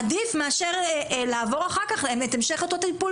עדיף מאשר לעבור אחר-כך את המשך אותו טיפול